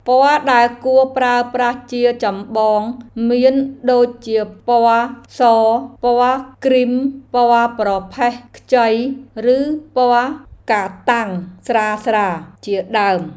ពណ៌ដែលគួរប្រើប្រាស់ជាចម្បងមានដូចជាពណ៌សពណ៌គ្រីមពណ៌ប្រផេះខ្ចីឬពណ៌កាតាំងស្រាលៗជាដើម។